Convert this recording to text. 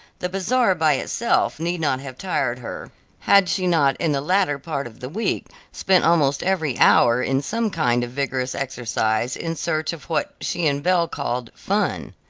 the bazaar by itself need not have tired her had she not in the latter part of the week spent almost every hour in some kind of vigorous exercise in search of what she and belle called fun.